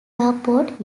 airport